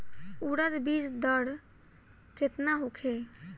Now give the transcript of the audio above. उरद बीज दर केतना होखे?